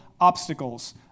obstacles